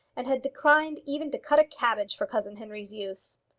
and had declined even to cut a cabbage for cousin henry's use.